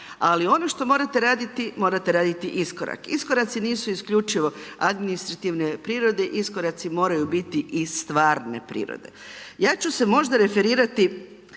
Ali ono što morate raditi, morate raditi iskorak. Iskoraci nisu isključivo administrativne prirode, iskoraci moraju biti i stvarne prirode. Ja ću se možda referirati